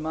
Fru